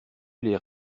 les